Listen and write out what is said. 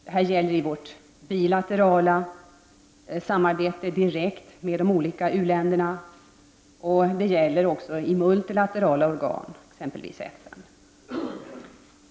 Det här gäller i vårt bilaterala samarbete direkt med de olika u-länderna, och det gäller också i multilaterala organ, exempelvis i FN.